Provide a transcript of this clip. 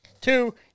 Two